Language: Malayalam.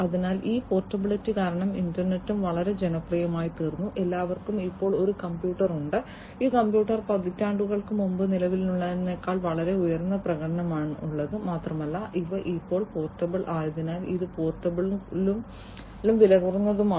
അതിനാൽ ഈ പോർട്ടബിലിറ്റി കാരണം ഇന്റർനെറ്റും വളരെ ജനപ്രിയമായിത്തീർന്നു എല്ലാവർക്കും ഇപ്പോൾ ഒരു കമ്പ്യൂട്ടർ ഉണ്ട് ഈ കമ്പ്യൂട്ടറുകൾ പതിറ്റാണ്ടുകൾക്ക് മുമ്പ് നിലവിലിരുന്നതിനേക്കാൾ വളരെ ഉയർന്ന പ്രകടനമാണ് ഉള്ളത് മാത്രമല്ല ഇവ ഇപ്പോൾ പോർട്ടബിൾ ആയതിനാൽ ഇത് പോർട്ടബിളും വിലകുറഞ്ഞതുമാണ്